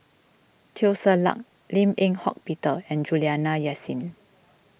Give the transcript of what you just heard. Teo Ser Luck Lim Eng Hock Peter and Juliana Yasin